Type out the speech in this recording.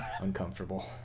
uncomfortable